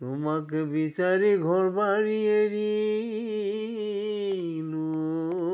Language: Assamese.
তোমাকে বিচাৰি ঘৰ বাৰী এৰিলোঁ অ'